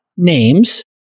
names